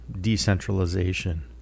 decentralization